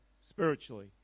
spiritually